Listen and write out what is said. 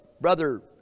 brother